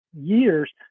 years